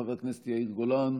חבר הכנסת מאיר גולן,